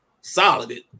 solid